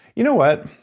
you know what?